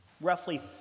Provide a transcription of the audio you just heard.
roughly